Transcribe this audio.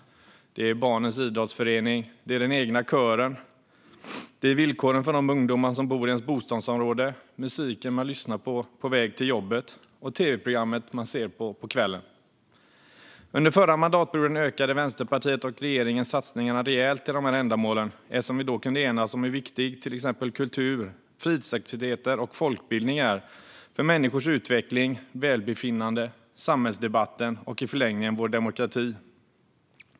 Det kan gälla barnens idrottsförening, den egna kören, villkoren för de ungdomar som bor i ens bostadsområde, musiken som man lyssnar till på väg till jobbet och tv-programmet man ser på om kvällen. Under förra mandatperioden ökade Vänsterpartiet och regeringen satsningarna rejält till de här ändamålen, eftersom vi då kunde enas om hur viktigt det är med till exempel kultur, fritidsaktiviteter och folkbildning för människors utveckling och välbefinnande, för samhällsdebatten och i förlängningen för vår demokrati.